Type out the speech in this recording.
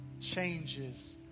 changes